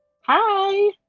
Hi